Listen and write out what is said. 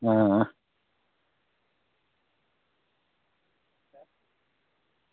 आं आं